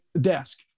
desk